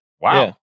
Wow